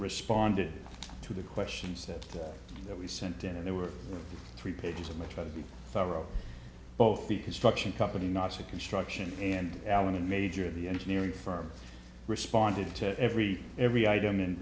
responded to the questions that we sent in and there were three pages of much of the thorough both feet construction company nazi construction and allen and major the engineering firm responded to every every item and